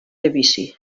debussy